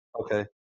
Okay